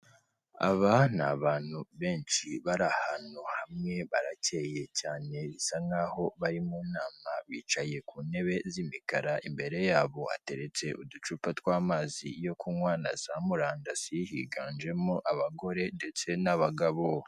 Aba ni abantu benshi bari ahantu hamwe, baracyeye cyane bisa nkaho bari mu nama, bicaye ku ntebe z'imikara imbere yabo hateretse uducupa tw'amazi yo kunywa na za murandasi, higanjemo abagore ndetse n'abagabo.